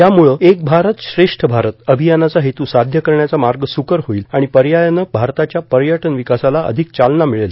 यामुळं एक भारत श्रेष्ठ भारत अभियानाचा हेतू साध्य करण्याचा मार्ग सुकर होईल आणि पर्यायानं भारताच्या पर्यटन विकासाला अधिक चालना मिळेल